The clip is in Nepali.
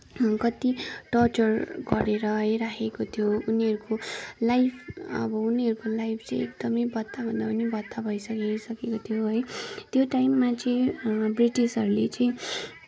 कति टर्चर गरेर है राखेको थियो उनीहरूको लाइफ अब उनीहरूको लाइफ चाहिँ एकदमै भद्दाभन्दा पनि भद्दा भइसकेको थियो है त्यो टाइममा चाहिँ ब्रिटिसहरूले चाहिँ